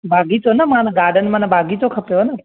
बागीचो न माना गार्डन माना बागीचो खपेव न